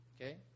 okay